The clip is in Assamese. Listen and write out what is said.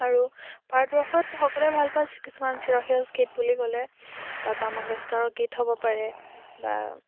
আৰু ভাৰতবৰ্ষত সকলোৱে ভালপোৱা কিছুমান চিৰসেউজ গীত বুলি ক'লে লতা মংগেশকাৰৰ গীত হ'ব পাৰে বা